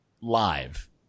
live